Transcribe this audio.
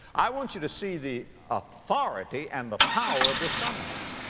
i want you to see the authority and the power of this summons.